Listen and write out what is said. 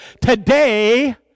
today